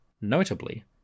Notably